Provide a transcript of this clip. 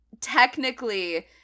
technically